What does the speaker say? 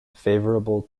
favourable